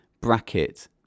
bracket